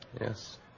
Yes